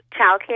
childcare